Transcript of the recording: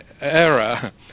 era